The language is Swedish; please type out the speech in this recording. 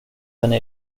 henne